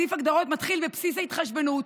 סעיף ההגדרות מתחיל ב"בסיס ההתחשבנות".